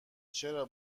چرا